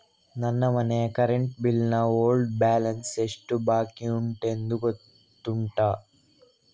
ನನ್ನ ಮನೆಯ current bill ನ ಓಲ್ಡ್ ಬ್ಯಾಲೆನ್ಸ್ ಎಷ್ಟು ಬಾಕಿಯುಂಟೆಂದು ಗೊತ್ತುಂಟ?